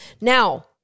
Now